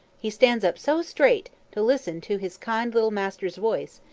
he stands up so straight, to listen to his kind little masters voice,